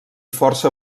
força